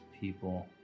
people